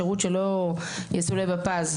שירות שלא יסולא בפז,